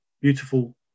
beautiful